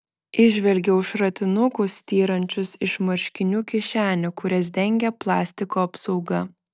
įžvelgiau šratinukus styrančius iš marškinių kišenių kurias dengė plastiko apsauga